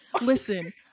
listen